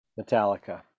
Metallica